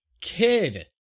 kid